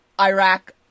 Iraq